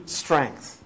strength